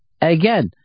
again